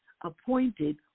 appointed